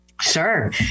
Sure